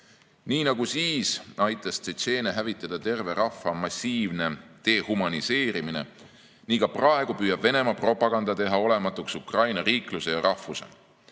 nagu siis aitas tšetšeene hävitada terve rahva massiivne dehumaniseerimine, nii ka praegu püüab Venemaa propaganda teha olematuks Ukraina riikluse ja rahvuse.